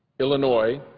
illinois,